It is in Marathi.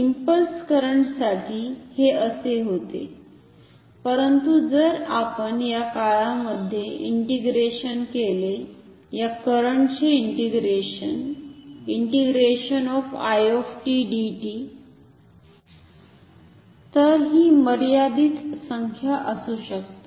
इंपल्स करंटसाठी हे असे होते परंतु जर आपण या काळामध्ये इंटिग्रेशन केले या करंट चे इंटिग्रेशन तर ही मर्यादित संख्या असू शकते